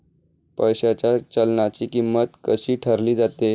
पैशाच्या चलनाची किंमत कशी ठरवली जाते